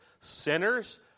Sinners